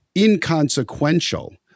inconsequential